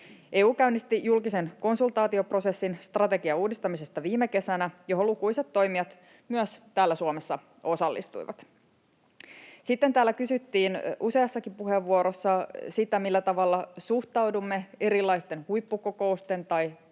EU käynnisti viime kesänä strategian uudistamisesta julkisen konsultaatioprosessin, johon lukuisat toimijat myös täällä Suomessa osallistuivat. Sitten täällä kysyttiin useassakin puheenvuorossa sitä, millä tavalla suhtaudumme erilaisten huippukokousten tai